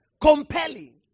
Compelling